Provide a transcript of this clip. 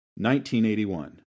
1981